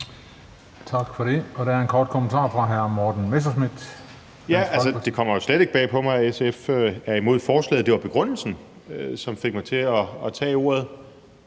hr. Morten Messerschmidt, Dansk Folkeparti Kl. 16:11 Morten Messerschmidt (DF): Altså, det kommer jo slet ikke bag på mig, at SF er imod forslaget, men det var begrundelsen, som fik mig til at tage ordet.